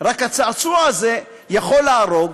רק הצעצוע הזה יכול להרוג.